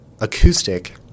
acoustic